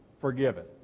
forgiven